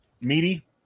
meaty